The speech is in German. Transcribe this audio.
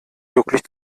wirklich